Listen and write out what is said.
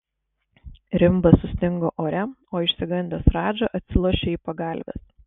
rimbas sustingo ore o išsigandęs radža atsilošė į pagalves